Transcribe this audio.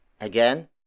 Again